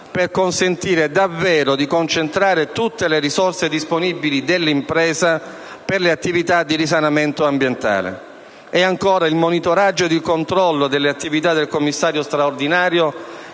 per consentire davvero di concentrare tutte le risorse disponibili dell'impresa per le attività di risanamento ambientale. È poi necessario assicurare il monitoraggio ed il controllo delle attività del commissario straordinario